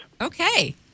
Okay